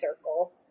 circle